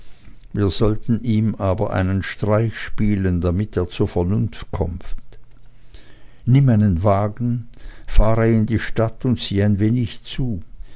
wir sollten ihm aber einen streich spielen damit er zur vernunft kommt nimm einen wagen fahre in die stadt und sieh ein wenig zu